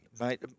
mate